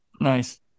Nice